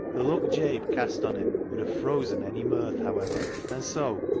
the look jabe cast on him would have frozen any mirth, however, and so,